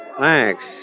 Thanks